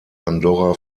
andorra